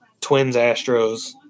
Twins-Astros